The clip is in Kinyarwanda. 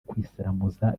kwisiramuza